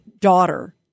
daughter